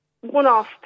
One-off